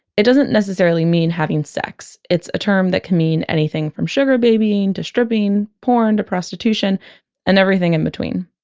it doesn't necessarily mean having sex. it's a term that can mean mean anything from sugar babying, to stripping porn, to prostitution and everything in between